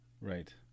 Right